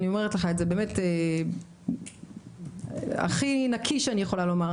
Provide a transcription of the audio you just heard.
אני אומרת לך את זה באמת הכי נקי שאני יכולה לומר,